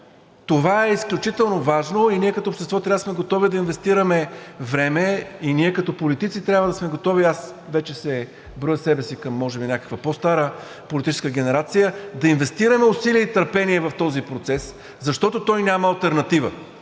Това е изключително важно и ние като общество трябва да сме готови да инвестираме време и ние като политици трябва да сме готови, аз вече броя себе си към може би някаква по-стара политическа генерация, да инвестираме усилия и търпение в този процес, защото той няма алтернатива.